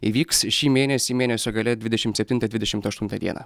įvyks šį mėnesį mėnesio gale dvidešimt septintą dvidešimt aštuntą dieną